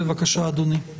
בבקשה אדוני.